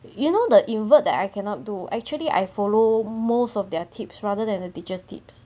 you know the invert that I cannot do actually I follow most of their tips rather than the teacher's tips